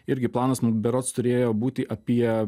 irgi planas berods turėjo būti apie